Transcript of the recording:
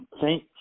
Thank